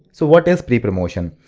so what is pre-promotion?